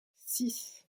six